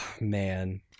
Man